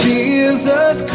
Jesus